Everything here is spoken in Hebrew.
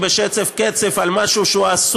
צר לי שאנשים בכל מקום נמצאים כדי להוביל להקצנה,